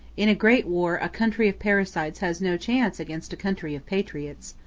in a great war a country of parasites has no chance against a country of patriots.